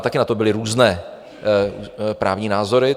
Taky na to byly různé právní názory.